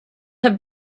have